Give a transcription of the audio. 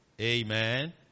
Amen